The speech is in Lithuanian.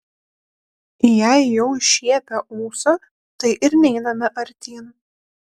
jei jau šiepia ūsą tai ir neiname artyn